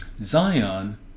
Zion